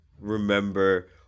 remember